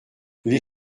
les